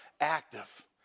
active